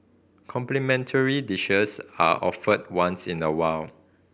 complimentary dishes are offered once in a while